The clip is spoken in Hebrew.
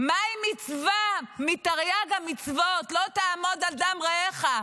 מה עם מצווה מתרי"ג המצוות, "לא תעמוד על דם רעך"?